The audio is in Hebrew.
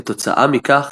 כתוצאה מכך,